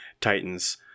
Titans